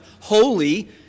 holy